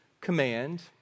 command